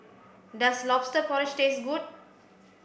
does lobster porridge taste good